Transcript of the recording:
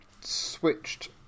switched